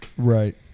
Right